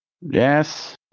Yes